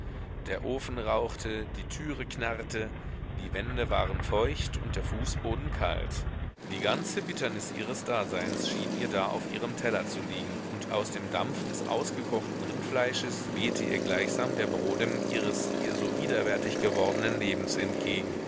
der ofen rauchte die türe knarrte die wände waren feucht und der fußboden kalt die ganze bitternis ihres daseins schien ihr da auf ihrem teller zu liegen und aus dem dampf des ausgekochten rindfleisches wehte ihr gleichsam der brodem ihres ihr so widerwärtig gewordenen lebens entgegen